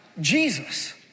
Jesus